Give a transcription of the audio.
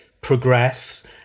progress